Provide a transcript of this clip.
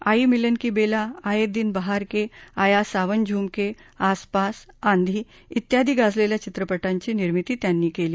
आयी मिलन की बेला आये दिन बहार के आया सावन झूमके आसपास आंधी ियादी गाजलेल्या चित्रपटांची निर्मिती त्यांनी केली